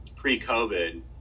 pre-COVID